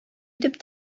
итеп